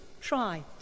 try